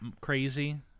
crazy